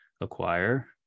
acquire